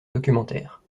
documentaires